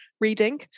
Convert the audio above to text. Reading